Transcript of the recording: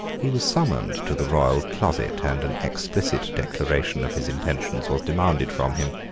he was summoned to the royal closet and an explicit declaration of his intentions was demanded from him.